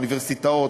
האוניברסיטאות,